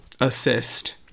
assist